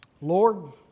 Lord